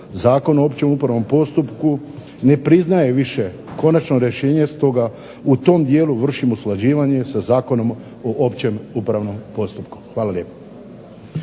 Zakon o općem upravnom postupku ne priznaje više konačno rješenje stoga u tom dijelu vršimo usklađivanje sa Zakonom o općem upravnom postupku. Hvala lijepo.